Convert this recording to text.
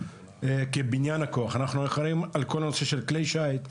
אנחנו אחראים על בניין הכוח אחראים על כל הנושא של כלי שיט,